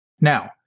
Now